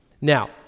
Now